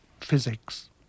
physics